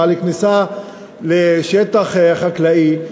ועל כניסה לשטח חקלאי,